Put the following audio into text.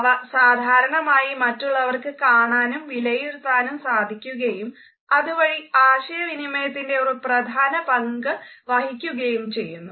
അവ സാധാരണമായി മറ്റുള്ളവർക്ക് കാണാനും വിലയിരുത്താനും സാധിക്കുകയും അതുവഴി ആശയവിനിമയത്തിൽ ഒരു പ്രധാന പങ്കു വഹിക്കുകയും ചെയ്യുന്നു